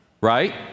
right